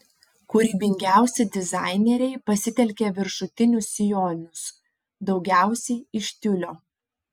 kūrybingiausi dizaineriai pasitelkė viršutinius sijonus daugiausiai iš tiulio